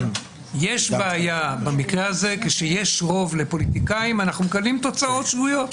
יש בעיה במקרה הזה כאשר יש רוב לפוליטיקאים אנחנו מקבלים תוצאות שגויות.